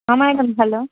madam hello